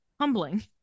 Humbling